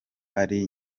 ari